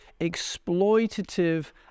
exploitative